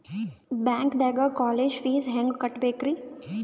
ಬ್ಯಾಂಕ್ದಾಗ college fees ಹೆಂಗ್ ಕಟ್ಟ್ಬೇಕ್ರಿ?